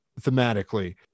thematically